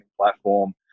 platform